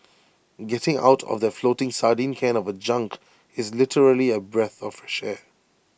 getting out of that floating sardine can of A junk is literally A breath of fresh air